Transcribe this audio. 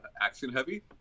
action-heavy